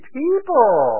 people